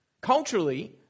Culturally